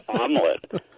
omelet